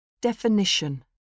Definition